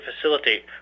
facilitate